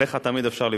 עליך תמיד אפשר לבנות.